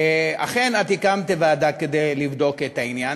אכן הקמת ועדה כדי לבדוק את העניין,